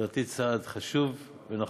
לדעתי, צעד חשוב ונכון,